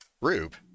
Rube